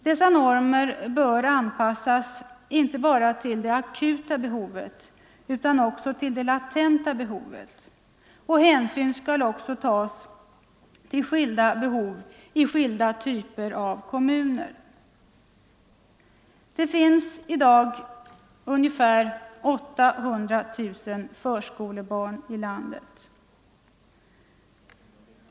Dessa normer bör anpassas inte bara till det akuta behovet utan också till det latenta behovet. Hänsyn skall också tas till skilda behov i skilda typer av kommuner. Det finns i dag ungefär 800 000 förskolebarn i landet.